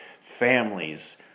families